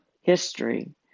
history